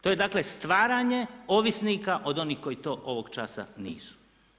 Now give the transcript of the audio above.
To je dakle stvaranje ovisnika od onih koji to ovoga časa nisu.